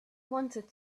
wanted